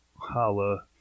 Holla